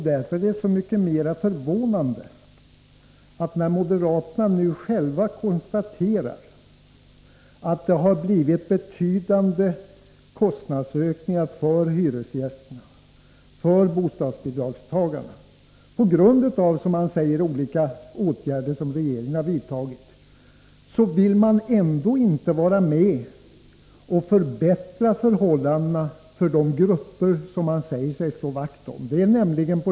Därför är det så mycket mer förvånande att moderaterna, när de nu själva konstaterar att det har blivit betydande kostnadsökningar för hyresgästerna och för bostadsbidragstagarna på grund av olika åtgärder som regeringen har vidtagit, ändå inte vill vara med och förbättra förhållandena för de grupper som de säger sig slå vakt om.